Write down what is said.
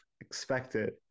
expected